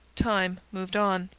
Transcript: time moved on.